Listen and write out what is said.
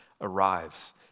arrives